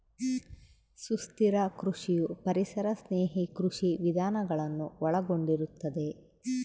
ಸುಸ್ಥಿರ ಕೃಷಿಯು ಪರಿಸರ ಸ್ನೇಹಿ ಕೃಷಿ ವಿಧಾನಗಳನ್ನು ಒಳಗೊಂಡಿರುತ್ತದೆ